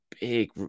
big